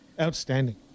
Outstanding